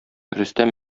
рөстәм